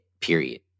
period